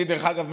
דרך אגב,